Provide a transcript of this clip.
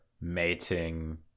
mating